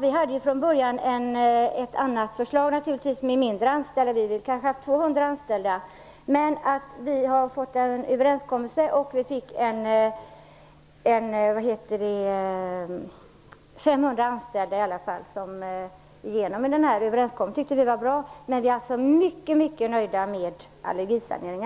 Vi hade från början ett förslag om färre anställda, där vi ville ha högst 200. Men vi har nu träffat en överenskommelse, och enligt den gäller RAS företag med 500 anställda. Vi tyckte att det var bra att kunna träffa en överenskommelse. Vi är alltså mycket nöjda med allergisaneringspaketet.